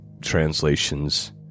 translations